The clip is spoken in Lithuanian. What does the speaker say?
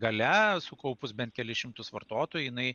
galia sukaupus bent kelis šimtus vartotojų jinai